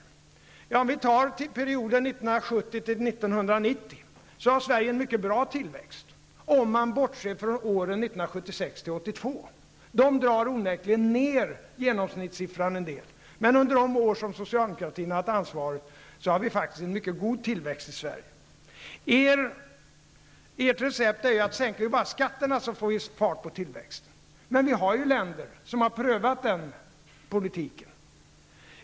Om vi som exempel tar perioden 1970--1990 så har Sverige haft en mycket bra tillväxt, om man bortser från åren 1976--1982. Åren 1976--1982 drar onekligen ner genomsnittssiffran en del. Men under de år som socialdemokratin har haft ansvaret har det varit en mycket god tillväxt i Sverige. Ert recept är att om man bara sänker skatterna får man fart på tillväxten. Men det finns ju länder som har prövat denna politik.